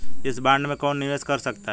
इस बॉन्ड में कौन निवेश कर सकता है?